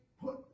put